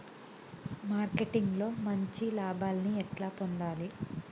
Marketing లో మంచి లాభాల్ని ఎట్లా పొందాలి?